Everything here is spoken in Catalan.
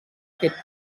aquest